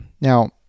Now